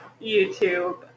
YouTube